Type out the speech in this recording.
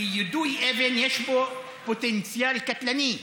כי יידוי אבן, יש בו פוטנציאל קטלני,